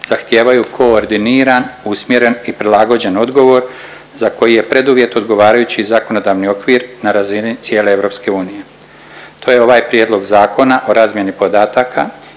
zahtijevaju koordiniran, usmjeren i prilagođen odgovor za koji je preduvjet odgovarajući zakonodavni okvir na razini cijele EU. To je ovaj prijedlog Zakona o razmjeni podataka